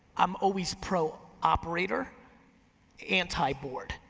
i'm always pro-operator, anti-board.